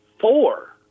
four